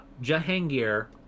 Jahangir